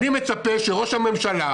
אני מצפה שראש הממשלה,